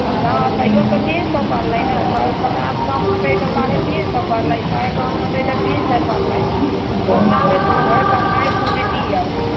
नहि तइयो तऽ तीन सए पड़लै ने सए पचास कम होतै तऽ साढ़े तीन सए पड़लै सए कम हेतै तऽ तीन सए पड़लै ओतनामे नहि होएत अढ़ाइ सए मे दिऔ